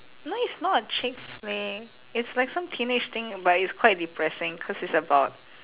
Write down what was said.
no it's not a chick flick it's like some teenage thing but it's quite depressing cause it's about